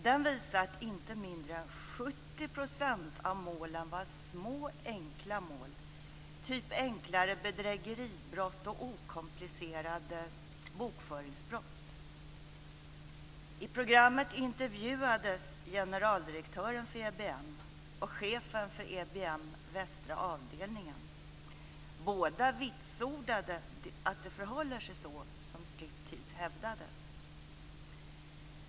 Den visade att inte mindre än 70 % av målen var små enkla mål, t.ex. enklare bedrägeribrott och okomplicerade bokföringsbrott. I programmet intervjuades generaldirektören för EBM och chefen för EBM:s västra avdelning. Båda vitsordade att det förhåller sig så som Striptease hävdade.